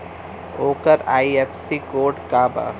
ओकर IFSC code का बा?